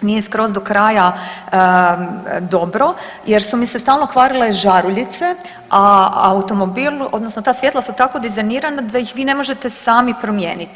nije skroz do kraja dobro jer su mi se stalno kvarile žaruljice a automobil odnosno ta svjetla su tako dizajnirana da ih vi ne možete sami promijeniti.